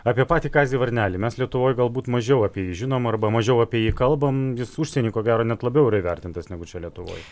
apie patį kazį varnelį mes lietuvoj galbūt mažiau apie jį žinom arba mažiau apie jį kalbam jis užsieny ko gero net labiau ir įvertintas negu čia lietuvoj